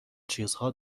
چیزها